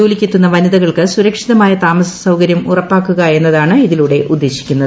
ജോലിക്കെത്തുന്ന വനിതകൾക്ക് സുരക്ഷിതമായ താമസസൌകരൃം ഉറപ്പാക്കുക എന്നതാണ് ഇതിലൂടെ ഉദ്ദേശിക്കുന്നത്